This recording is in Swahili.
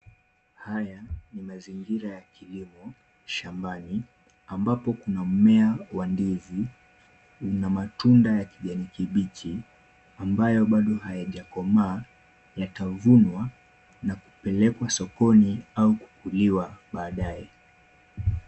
Haya ni mazingira ya kilimo shambani ambapo kuna mmea wa ndizi, una matunda ya kijani kibichi ambayo bado hayajakomaa. Yatavunwa na kupelekwa sokoni au kukuliwa baadaye.